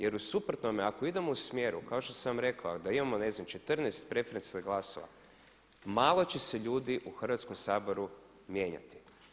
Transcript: Jer u suprotnome ako idemo u smjeru kao što sam vam rekao da imamo ne znam 14 preferencijalnih glasova malo će se ljudi u Hrvatskom saboru mijenjati.